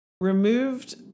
removed